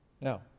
Now